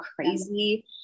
crazy